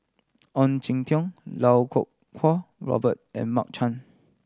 Ong Jin Teong Iau Kuo Kwong Robert and Mark Chan